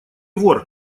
вор